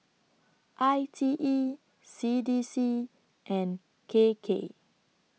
I T E C D C and K K